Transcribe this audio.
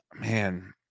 man